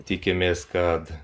tikimės kad